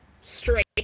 straight